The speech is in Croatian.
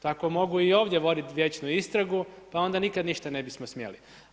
Tako mogu i ovdje voditi vječnu istragu, pa onda nikad ništa ne bismo smjeli.